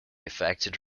affected